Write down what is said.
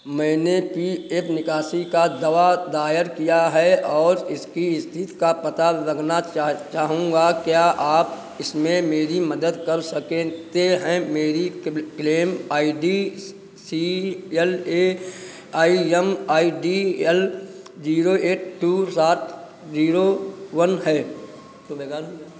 मैंने P F निकासी का दावा दायर किया है और इसकी इस्थिति का पता लगना चा चाहूँगा क्या आप इसमें मेरी मदद कर सकते हैं मेरी claim I D C L A I M I D L zero eight two सात ज़ीरो वन है